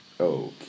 Okay